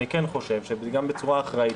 אני כן חושב שגם בצורה אחראית,